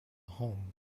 home